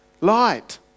light